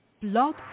Blog